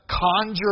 conjure